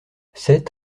sept